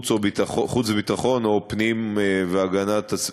החוץ והביטחון, או הפנים והגנת הסביבה.